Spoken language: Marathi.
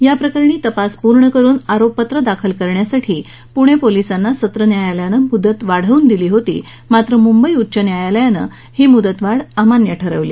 या प्रकरणी तपास पूर्ण करून आरोपपत्र दाखल करण्यासाठी पुणे पोलिसांना सत्र न्यायालयानं मुदत वाढवून दिली होती मात्र मुंबई उच्च न्यायालयान काल ही मुदतवाढ अमान्य केली